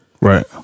Right